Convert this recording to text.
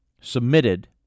submitted